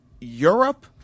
Europe